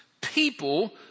people